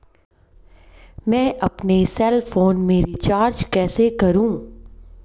मैं अपने cell phone में रिचार्ज कैसे करूँ?